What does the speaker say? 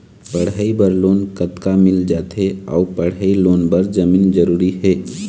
पढ़ई बर लोन कतका मिल जाथे अऊ पढ़ई लोन बर जमीन जरूरी हे?